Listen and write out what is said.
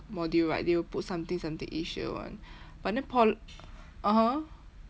module right they will put something something asia [one] but then pol~ (uh huh)